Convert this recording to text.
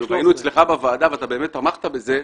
והיינו אצלך בוועדה ואתה באמת תמכת בזה,